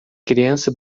criança